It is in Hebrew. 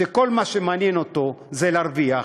שכל מה שמעניין אותו זה להרוויח,